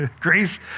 grace